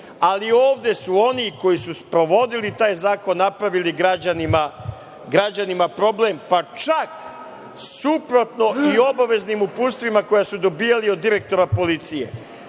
ali ovde su oni koji su sprovodili taj zakon napravili građanima problem, pa čak suprotno i obaveznim uputstvima koja su dobijali od direktora policije. Podsetiću